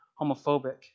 homophobic